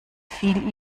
fiel